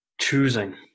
choosing